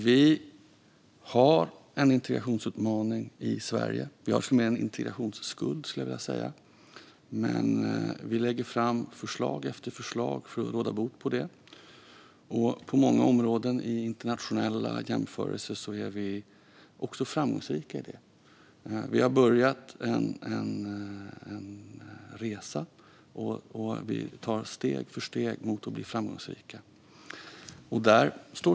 Vi har en integrationsutmaning i Sverige. Vi har till och med en integrationsskuld, skulle jag vilja säga. Men vi lägger fram förslag efter förslag för att råda bot på den. På många områden är vi också framgångsrika i internationella jämförelser. Vi har börjat en resa. Vi tar steg för steg mot att bli framgångsrika.